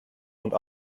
und